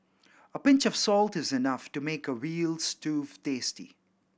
a pinch of salt is enough to make a veal stew tasty